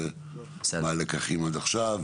ומה הלקחים עד עכשיו,